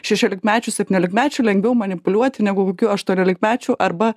šešiolikmečiu septyniolikmečiu lengviau manipuliuoti negu kokiu aštuoniolikmečiu arba